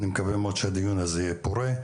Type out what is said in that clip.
אני מקווה מאוד שהדיון הזה יהיה פורה.